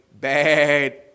bad